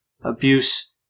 abuse